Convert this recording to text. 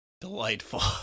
Delightful